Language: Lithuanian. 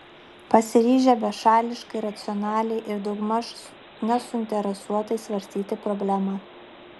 pasiryžę bešališkai racionaliai ir daugmaž nesuinteresuotai svarstyti problemą